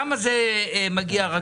למה זה מגיע רק